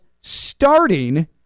starting